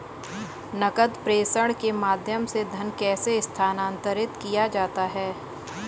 नकद प्रेषण के माध्यम से धन कैसे स्थानांतरित किया जाता है?